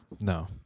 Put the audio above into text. No